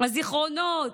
הזיכרונות,